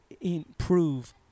improve